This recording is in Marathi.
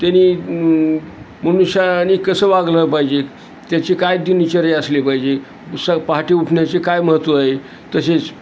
त्यानी मनुष्याने कसं वागलं पाहिजे त्याची काय दिनचर्या असली पाहिजे तसेच पहाटे उठण्याचे काय महत्त्व आहे तसेच